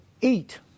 eat